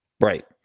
Right